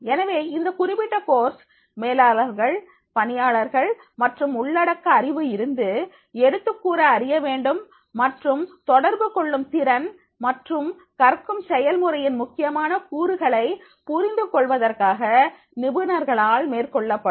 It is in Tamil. எனவே இந்த குறிப்பிட்ட கோர்ஸ் மேலாளர்கள் பணியாளர்கள் மற்றும் உள்ளடக்க அறிவு இருந்து எடுத்துக்கூற அறிய வேண்டும் மற்றும் தொடர்பு கொள்ளும் திறன் மற்றும் கற்கும் செயல்முறையின் முக்கியமான கூறுகளை புரிந்து கொள்வதற்காக நிபுணர்களால் மேற்கொள்ளப்படும்